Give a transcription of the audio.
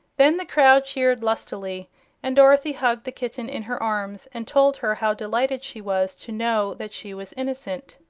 then the crowd cheered lustily and dorothy hugged the kitten in her arms and told her how delighted she was to know that she was innocent.